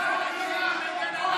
אי-אפשר לשמוע אותך.